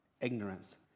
ignorance